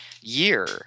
year